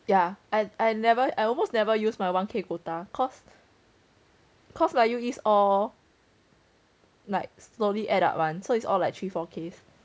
yeah I I never I almost never use my one K quota cause cause like U_E all like slowly add up one so it's all like three four K